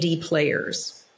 Players